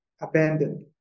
abandoned